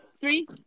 three